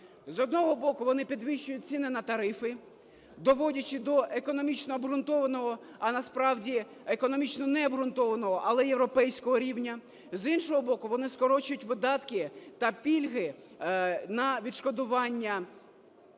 З одного боку, вони підвищують ціни на тарифи, доводячи до економічного обґрунтованого, а насправді економічно необґрунтованого, але європейського рівня; з іншого боку, вони скорочують видатки та пільги на відшкодування витрат